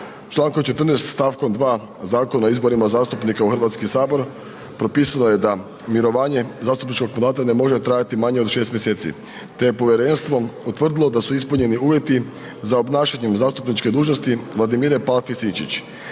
Člankom 14. stavkom 2. Zakona o izborima zastupnika u Hrvatski sabor propisano je da mirovanje zastupničkog mandata ne može trajati manje od 6 mjeseci te je povjerenstvo utvrdilo da su ispunjeni uvjeti za obnašanjem zastupničke dužnosti Vladimire Palfi Sinčić.